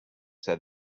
said